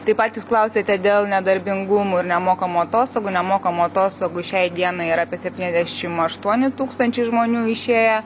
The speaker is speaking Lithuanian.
tai patys klausėte dėl nedarbingumų ir nemokamų atostogų nemokamų atostogų šiai dienai yra apie septyniasdešim aštuoni tūkstančiai žmonių išėję